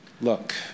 look